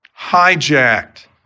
hijacked